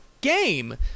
game